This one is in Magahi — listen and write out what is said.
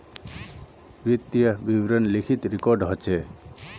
वित्तीय विवरण लिखित रिकॉर्ड ह छेक